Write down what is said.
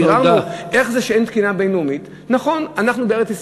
וביררנו איך זה שאין תקינה בין-לאומית.